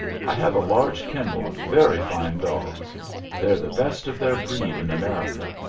i have a large kennel of very fine dogs they're the best of their breed in america.